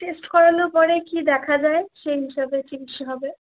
test করানোর পরে কি দেখা যায় সেই হিসাবে চিকিৎসা হবে